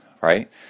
right